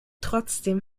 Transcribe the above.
trotzdem